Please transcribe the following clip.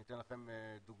אני אתן לכם דוגמה.